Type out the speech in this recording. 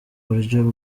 buryo